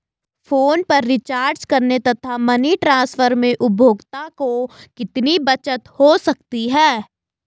Phone पर recharge करने तथा मनी ट्रांसफर में उपभोक्ता को कितनी बचत हो सकती है?